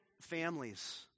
families